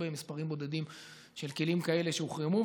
לא במספרים בודדים של כלים כאלה שהוחרמו,